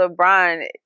LeBron